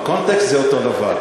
בקונטקסט זה אותו הדבר.